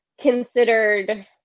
considered